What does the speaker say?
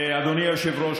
אדוני היושב-ראש,